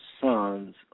sons